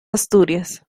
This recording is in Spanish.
asturias